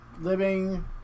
living